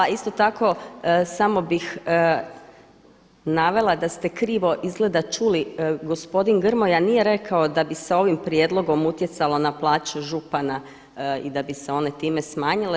A isto tako samo bih navela da ste krivo izgleda čuli, gospodin Grmoja nije rekao da bi se ovim prijedlogom utjecalo na plaće župana i da bi se one time smanjile.